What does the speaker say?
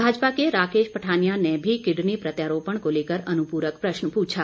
भाजपा के राकेश पाठानिया ने भी किडनी प्रत्यारोपण को लेकर अनुपूरक प्रश्न पूछा